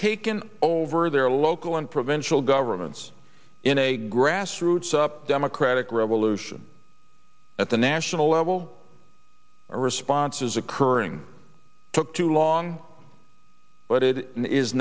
taken over their local and provincial governments in a grassroots up democratic revolution at the national level a response is occurring took too long but it is